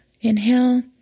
Inhale